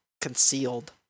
concealed